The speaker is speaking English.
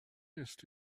missed